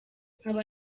nkaba